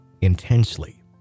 intensely